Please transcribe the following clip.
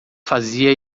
fazia